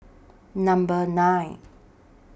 Number nine